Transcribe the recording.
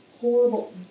horrible